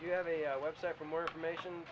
you have a website for more information